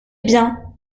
bien